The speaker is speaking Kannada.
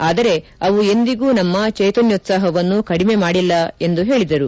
ಆದರೆ ಅವು ಎಂದಿಗೂ ನಮ್ನ ಚೈತನ್ನೋತ್ಸಾಹವನ್ನು ಕಡಿಮೆಮಾಡಿಲ್ಲ ಎಂದು ಹೇಳದರು